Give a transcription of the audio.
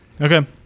Okay